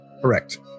Correct